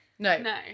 No